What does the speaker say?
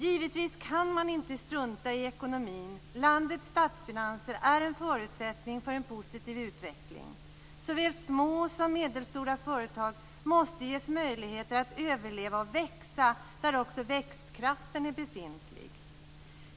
Man kan givetvis inte strunta i ekonomin. Landets statsfinanser är en förutsättning för en positiv utveckling. Såväl små som medelstora företag måste ges möjligheter att överleva och växa där växtkraften är befintlig.